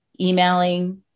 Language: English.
emailing